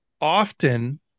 often